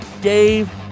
Dave